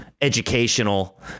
educational